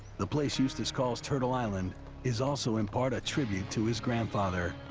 the place eustace calls turtle island is also in part a tribute to his grandfather.